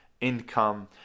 income